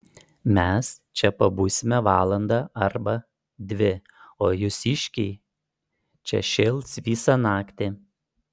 mes čia pabūsime valandą arba dvi o jūsiškiai čia šėls visą naktį